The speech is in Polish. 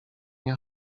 nie